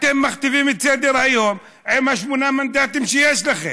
אתם מכתיבים את סדר-היום עם שמונה המנדטים שיש לכם,